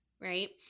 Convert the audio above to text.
right